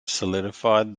solidified